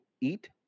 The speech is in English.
eat